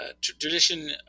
tradition